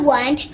one